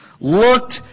looked